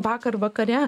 vakar vakare